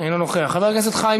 חבר הכנסת עפר שלח,